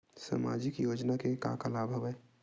सामाजिक योजना के का का लाभ हवय?